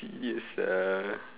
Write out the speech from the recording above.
serious ah